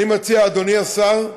אני מציע, אדוני השר,